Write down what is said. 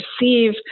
receive